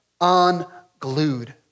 unglued